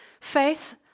Faith